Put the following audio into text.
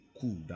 cool